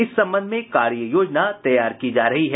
इस संबंध में कार्य योजना तैयार की जा रही है